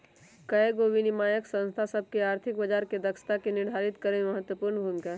कयगो विनियामक संस्था सभ के आर्थिक बजार के दक्षता के निर्धारित करेमे महत्वपूर्ण भूमिका हइ